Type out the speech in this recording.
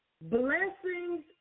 Blessings